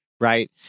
right